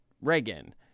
Reagan